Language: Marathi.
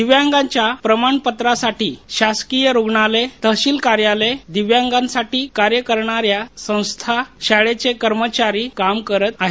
दिव्यांगाच्या प्रमाणपत्रासाठी शासकीय रुग्णालय तहसील कार्यालय दिव्यांगासाठी कार्य करणाऱ्या संस्था शाळाचे कर्मचारी काम करीत आहेत